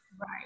Right